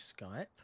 skype